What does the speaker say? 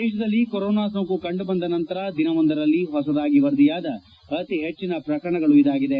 ದೇಶದಲ್ಲಿ ಕೊರೋನಾ ಸೋಂಕು ಕಂಡುಬಂದ ನಂತರ ದಿನವೊಂದರಲ್ಲಿ ಹೊಸದಾಗಿ ವರದಿಯಾದ ಅತಿ ಹೆಚ್ಚಿನ ಪ್ರಕರಣಗಳು ಇವಾಗಿವೆ